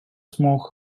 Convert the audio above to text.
small